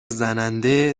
زننده